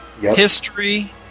history